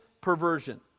perversion